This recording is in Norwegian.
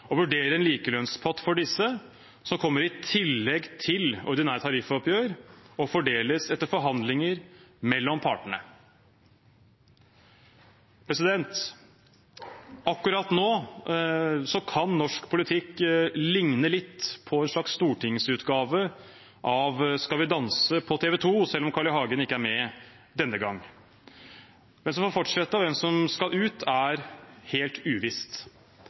og vurdere en likelønnspott for disse, som kommer i tillegg til ordinære tariffoppgjør og fordeles etter forhandlinger mellom partene.» Akkurat nå kan norsk politikk ligne litt på en slags stortingsutgave av Skal vi danse på TV 2, selv om Carl I. Hagen ikke er med denne gang. Hvem som får fortsette, og hvem som skal ut, er helt uvisst.